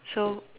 so